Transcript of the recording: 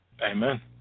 Amen